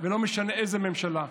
ולא משנה איזו ממשלה,